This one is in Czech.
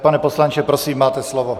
Pane poslanče, prosím, máte slovo.